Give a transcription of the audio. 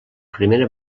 primera